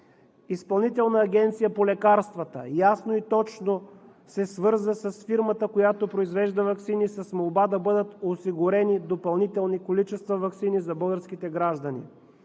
Изпълнителната агенция по лекарствата ясно и точно се свърза с фирмата, която произвежда ваксини, с молба да бъдат осигурени допълнителни количества ваксини за българските граждани.